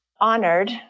honored